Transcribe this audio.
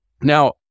now